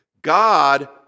God